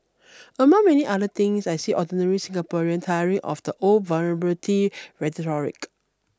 among many other things I see ordinary Singaporean tiring of the old vulnerability rhetoric